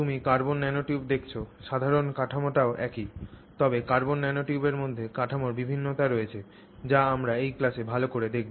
তুমি carbon nanotube দেখছ সাধারণ কাঠামোটিও একই তবে কার্বন ন্যানোটিউবের মধ্যে কাঠামোর বিভিন্নতা রয়েছে যা আমরা এই ক্লাসে ভাল করে দেখব